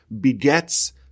begets